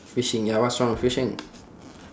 fishing ya what's wrong with fishing